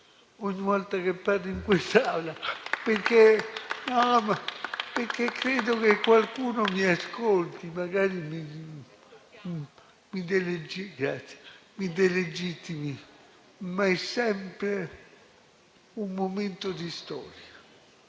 ogni volta che parlo in quest'Aula, perché credo che qualcuno mi ascolti; magari mi delegittima, ma è sempre un momento di storia,